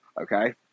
Okay